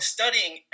Studying